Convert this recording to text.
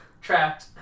trapped